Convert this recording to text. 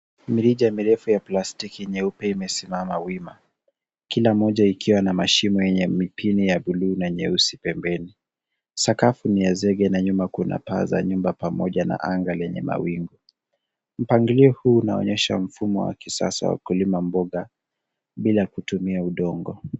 Mirija midogo ya plastiki nyeupe imesimama wima, kila moja ikiwa na mashimo yenye mipini ya buluu na nyeusi pembeni. Sakafu ni ya zege na nyuma kuna paa za nyumba pamoja na anga lenye mawingu. Mpangilio huu unaonyesha mfumo wa kisasa wa kulima mboga bila kutumia udongo.